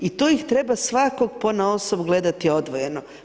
I to ih treba svakog ponaosob gledati odvojeno.